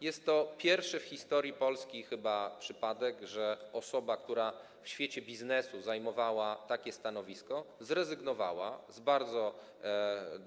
Jest to chyba pierwszy w historii Polski przypadek, że osoba, która w świecie biznesu zajmowała takie stanowisko, zrezygnowała z bardzo